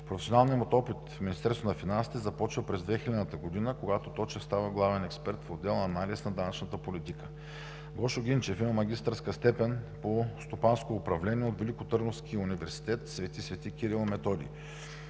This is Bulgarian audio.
Професионалният му опит в Министерството на финансите започва през 2000 г., когато Точев става главен експерт в отдел „Анализ на данъчната политика“. Гошо Гинчев има магистърска степен по стопанско управление от Великотърновския университет „Св. св. Кирил и Методий“.